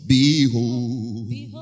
Behold